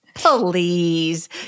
Please